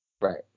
Right